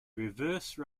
reverse